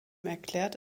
erklärt